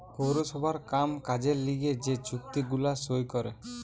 পৌরসভার কাম কাজের লিগে যে চুক্তি গুলা সই করে